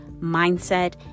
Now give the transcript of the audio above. mindset